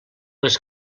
les